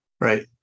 Right